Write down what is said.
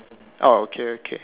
orh okay okay